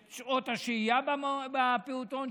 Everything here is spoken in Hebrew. את שעות השהייה בפעוטון,